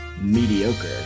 mediocre